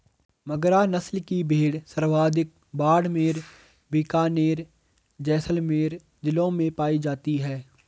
मगरा नस्ल की भेड़ सर्वाधिक बाड़मेर, बीकानेर, जैसलमेर जिलों में पाई जाती है